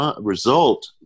result